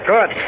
Good